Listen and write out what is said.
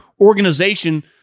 organization